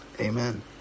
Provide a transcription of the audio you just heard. Amen